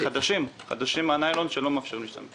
חדשים, חדשים מהניילון שלא מאפשרים להשתמש.